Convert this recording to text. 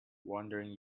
wandering